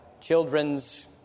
children's